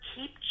Keep